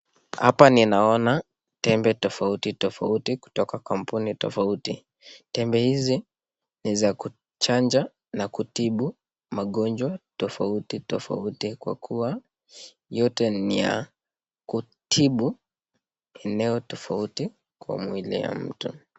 Hapa ninaona Tempe tafauti tafauti kutoka kampuni tafauti Tempe hizi ni za kujanja na kutibu magonjwa tafauti tafauti kwa yote ni ya kutibu eneo tafauti Kwa mwili ya mtu.